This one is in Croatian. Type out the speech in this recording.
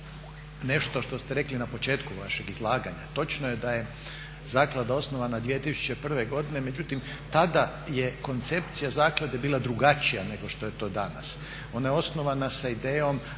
nešto što ste rekli na početku vašeg izlaganja. Točno je da je zaklada osnovana 2001. godine, međutim tada je koncepcija zaklade bila drugačija nego što je to danas. Ona je osnovana sa idejom